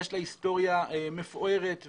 יש לה היסטוריה מפוארת ומיוחדת.